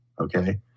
Okay